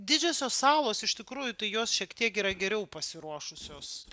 didžiosios salos iš tikrųjų tai jos šiek tiek yra geriau pasiruošusios